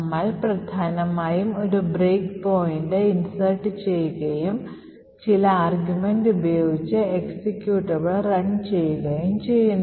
നമ്മൾ പ്രധാനമായും ഒരു ബ്രേക്ക്പോയിൻറ് ഇൻസർട്ട് ചെയ്യുകയും ചില ആർഗ്യുമെൻറ് ഉപയോഗിച്ച് എക്സിക്യൂട്ടബിൾ റൺ ചെയ്യുകയും ചെയ്യുന്നു